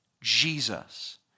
Jesus